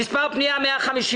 מס' פנייה 150,